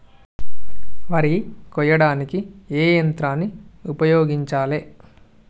వరి కొయ్యడానికి ఏ యంత్రాన్ని ఉపయోగించాలే?